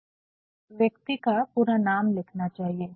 तो अब यहाँ उस व्यक्ति का पूरा नाम लिखना चाहिए